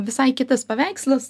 visai kitas paveikslas